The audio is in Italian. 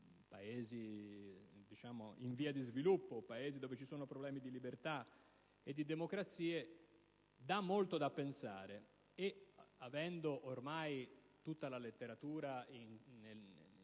Paesi in via di sviluppo, Paesi dove ci sono problemi di libertà e di democrazia, dà molto da pensare, e avendo ormai tutta la letteratura